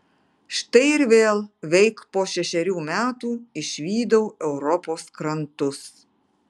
štai ir vėl veik po šešerių metų išvydau europos krantus